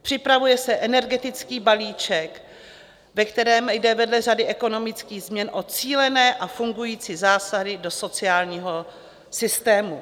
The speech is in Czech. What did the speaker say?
Připravuje se energetický balíček, ve kterém jde vedle řady ekonomických změn o cílené a fungující zásahy do sociálního systému.